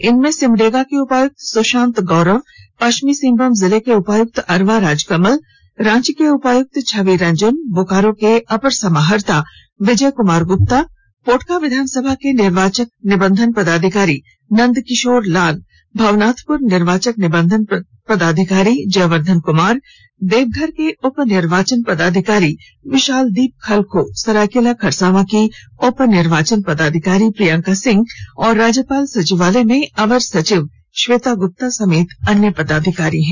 इनमें सिमडेगा के उपायुक्त सुशांत गौरव प सिंहभूम जिले के उपायुक्त अरवा राजकमल रांची उपायुक्त छवि रंजन बोकारो के अपर समाहर्ता विजय कुमार गुप्ता पोटका विधानसभा के निर्वाचक निबंधन पदाधिकारी नंद किशोर लाल भवनाथपुर निर्वाचक निबंधन पदाधिकारी जयवर्द्धन कुमार देवघर के उपनिर्वाचन पदाधिकारी विशालदीप खलखो सरायकेला खरसावां की उपनिर्वाचन पदाधिकारी प्रियंका सिंह और राज्यपाल सचिवालय में अवर सचिव श्वेता गुप्ता समेत अन्य पदाधिकारी हैं